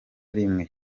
rimwe